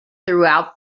throughout